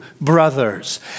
brothers